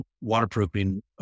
waterproofing